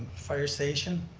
fire station.